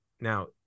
Now